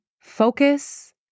Focus